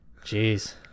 Jeez